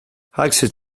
access